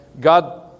God